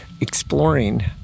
exploring